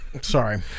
Sorry